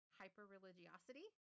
hyper-religiosity